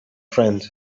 friend